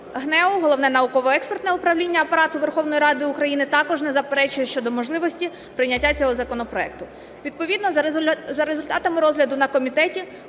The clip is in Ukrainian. ГНЕУ, Головне науково-експертне управління, Апарату Верховної Ради України також не заперечує щодо можливості прийняття цього законопроекту. Відповідно за результатами розгляду на комітеті